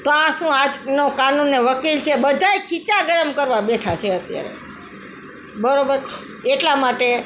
તો આ શું આજનો કાનૂન અને વકીલ છે બધાય ખીસ્સા ગરમ કરવા બેઠા છે અત્યારે બરાબર એટલા માટે